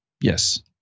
Yes